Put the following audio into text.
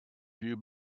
view